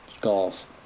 golf